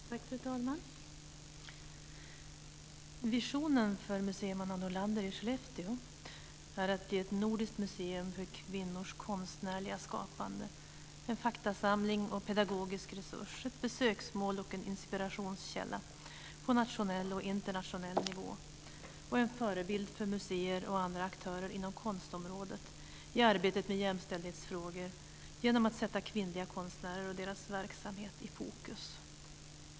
Fru talman! Visionen för Museum Anna Nordlander i Skellefteå är att bli ett nordiskt museum för kvinnors konstnärliga skapande, en faktasamling och en pedagogisk resurs, ett besöksmål och en inspirationskälla på nationell och internationell nivå och en förebild för museer och andra aktörer inom konstområdet i arbetet med jämställdhetsfrågor genom att sätta kvinnliga konstnärer och deras verksamhet i fokus.